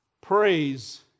praise